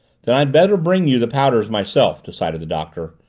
then i'd better bring you the powders myself, decided the doctor.